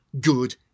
Good